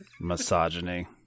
misogyny